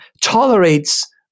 tolerates